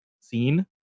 scene